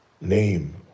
Name